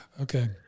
Okay